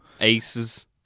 Aces